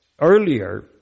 earlier